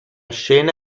scena